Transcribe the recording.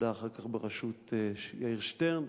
אחר כך ועדה בראשות יאיר שטרן.